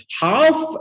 half